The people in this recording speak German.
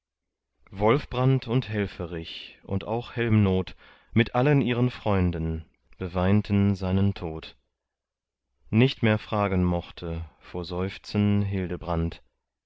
wolfbrand und helferich und auch helmnot mit allen ihren freunden beweinten seinen tod nicht mehr fragen mochte vor seufzen hildebrand